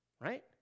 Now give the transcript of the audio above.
right